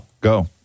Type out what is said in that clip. Go